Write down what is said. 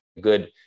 good